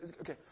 Okay